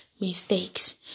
mistakes